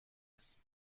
است